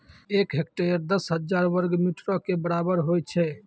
एक हेक्टेयर, दस हजार वर्ग मीटरो के बराबर होय छै